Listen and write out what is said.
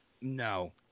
no